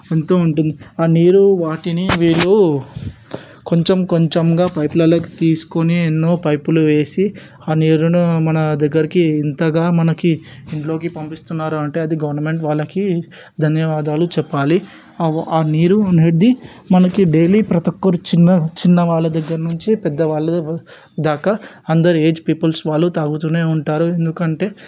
ఎంతో ఉంటుంది ఆ నీరు వాటిని వీళ్ళు కొంచెం కొంచెంగా పైపులలోకి తీసుకొని ఎన్నో పైపులు వేసి ఆ నీరు మన దగ్గరికి ఇంతగా మనకి ఇంట్లోకి పంపిస్తున్నారు అంటే అది గవర్నమెంట్ వాళ్ళకి ధన్యవాదాలు చెప్పాలి ఆ నీరు అనేది మనకు డైలీ ప్రతి ఒక్కరు చిన్న చిన్న వాళ్ళ దగ్గర నుంచి పెద్ద వాళ్ళ దాకా దాకా అందరు ఏజ్ పీపుల్స్ వాళ్ళు తాగుతూనే ఉంటారు ఎందుకంటే